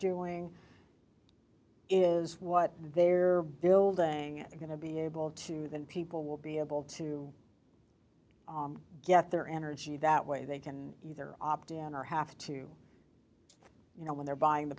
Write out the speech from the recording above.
doing is what they're building going to be able to then people will be able to get their energy that way they can either opt in or have to you know when they're buying the